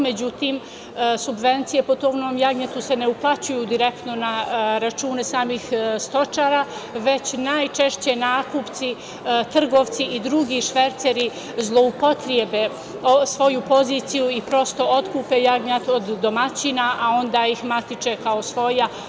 Međutim, subvencije po tovnom jagnjetu se ne uplaćuju direktno na račune samih stočara, već najčešće nakupci trgovci i drugi šverceri zloupotrebe svoju poziciju i prosto otkupe jagnjad od domaćina, a onda ih matiče kao svoja.